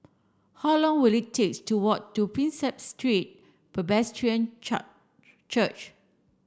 how long will it takes to walk to Prinsep Street Presbyterian Church